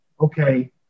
Okay